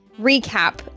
recap